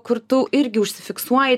kur tu irgi užsifiksuoji